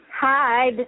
Hi